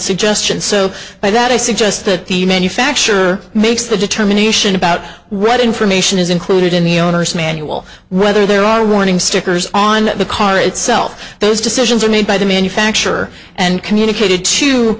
suggestion so by that i suggest that the manufacturer makes the determination about what information is included in the owner's manual whether there are warning stickers on the car itself those decisions are made by the manufacturer and communicated to